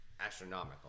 astronomical